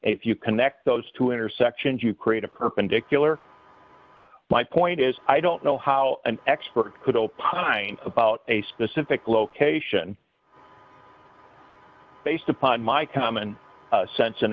if you connect those two intersections you create a perpendicular my point is i don't know how an expert could opine about a specific location based upon my common sense